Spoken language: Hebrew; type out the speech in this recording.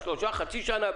לחצי שנה,